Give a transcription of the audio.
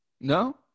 no